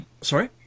Sorry